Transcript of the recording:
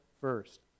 first